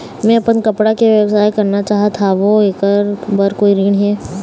मैं अपन कपड़ा के व्यवसाय करना चाहत हावे का ऐकर बर कोई ऋण हे?